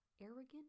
Arrogant